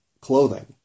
clothing